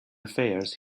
affairs